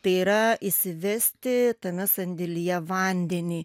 tai yra įsivesti tame sandėlyje vandenį